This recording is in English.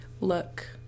look